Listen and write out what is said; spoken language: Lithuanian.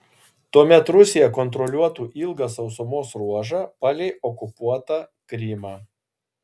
tuomet rusija kontroliuotų ilgą sausumos ruožą palei okupuotą krymą